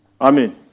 Amen